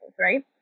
right